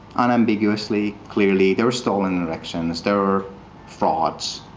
unambiguously, clearly, they were stole and elections. they were frauds.